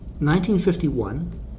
1951